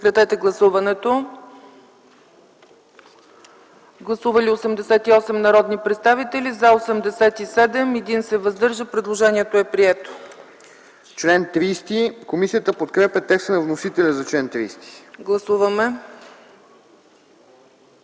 Комисията подкрепя текста на вносителя за чл. 30.